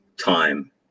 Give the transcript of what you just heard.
time